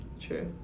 true